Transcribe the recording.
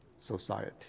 society